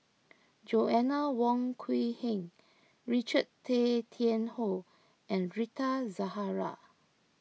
Joanna Wong Quee Heng Richard Tay Tian Hoe and Rita Zahara